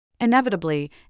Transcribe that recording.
Inevitably